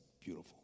beautiful